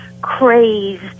crazed